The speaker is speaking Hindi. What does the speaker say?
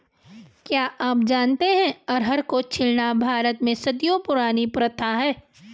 क्या आप जानते है अरहर को छीलना भारत में सदियों पुरानी प्रथा है?